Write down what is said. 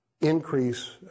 increase